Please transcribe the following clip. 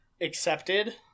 accepted